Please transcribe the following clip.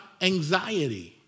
anxiety